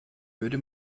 würde